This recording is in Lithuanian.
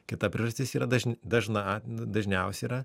kita priežastis yra dažni dažna dažniausia yra